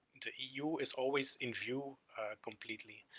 the eu is always in view completely.